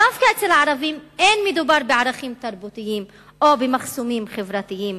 דווקא אצל הערבים אין מדובר בערכים תרבותיים או במחסומים חברתיים.